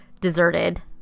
deserted